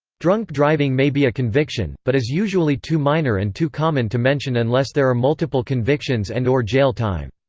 drunk driving may be a conviction, but is usually too minor and too common to mention unless there are multiple convictions and or jail time.